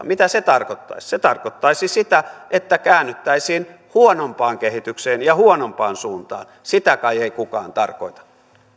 mitä se tarkoittaisi se tarkoittaisi sitä että käännyttäisiin huonompaan kehitykseen ja huonompaan suuntaan sitä kai ei kukaan tarkoita